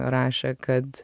rašė kad